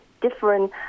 different